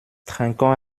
trinquons